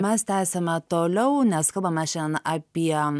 mes tęsiame toliau nes kalbame šiandien apie